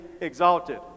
exalted